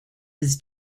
his